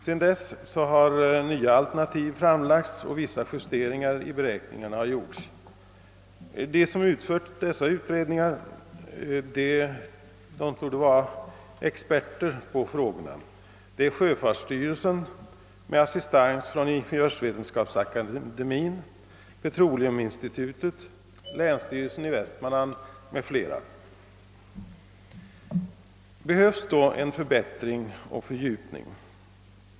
Sedan dess har nya alternativ framlagts och vissa justeringar i beräkningarna har gjorts. De som utfört dessa utredningar — nämligen sjöfartsstyrelsen med assistans från Ingeniörsvetenskapsakademien, Svenska petroleum institutet; länsstyrelsen i Västmanlands län m fl. — torde vara experter på frågorna. Behövs då en förbättring och fördjupning?